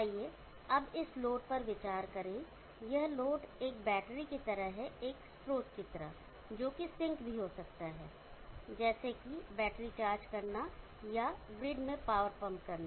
आइए अब इस लोडपर विचार करें कि यह लोडएक बैटरी की तरह है एक स्रोत की तरह जो कि सिंक भी हो सकता है जैसे कि बैटरी चार्ज करना या ग्रिड में पावर पंप करना